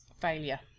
failure